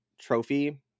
trophy